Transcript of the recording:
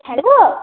hello